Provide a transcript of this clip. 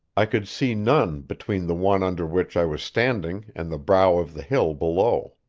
i could see none between the one under which i was standing and the brow of the hill below.